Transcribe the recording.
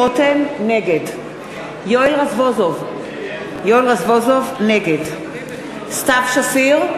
נגד יואל רזבוזוב, נגד סתיו שפיר,